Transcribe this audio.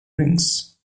rings